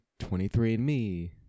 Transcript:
23andMe